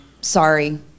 sorry